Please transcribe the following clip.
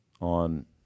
on